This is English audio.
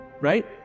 right